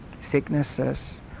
sicknesses